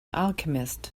alchemist